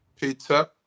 Peter